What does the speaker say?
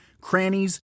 crannies